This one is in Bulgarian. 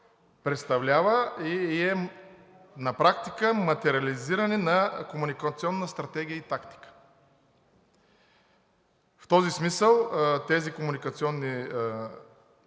представлява и е на практика материализиране на комуникационна стратегия и тактика. В този смисъл тези комуникационни канали,